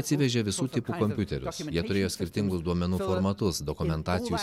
atsivežė visų tipų kompiuterius jie turėjo skirtingus duomenų formatus dokumentacijų